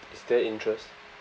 is there interest